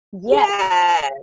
yes